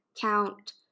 count